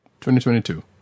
2022